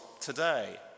today